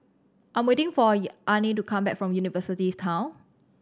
I'm waiting for Anahi to come back from University's Town